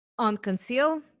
unconceal